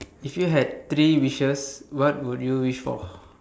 if you had three wishes what would you wish for